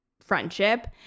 friendship